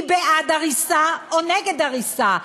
היא בעד הריסה, או נגד הריסה?